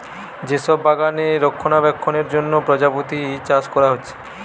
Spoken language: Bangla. যে সব বাগানে রক্ষণাবেক্ষণের জন্যে প্রজাপতি চাষ কোরা হচ্ছে